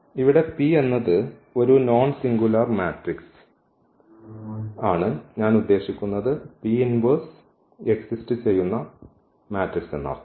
ഇവിടെ P എന്നത് ഒരു നോൺ സിംഗുലാർ മാട്രിക്സ് ആണ് ഞാൻ ഉദ്ദേശിക്കുന്നത് എക്സിസ്റ്റ് ചെയ്യുന്ന മാട്രിക്സ് എന്നർത്ഥം